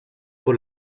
por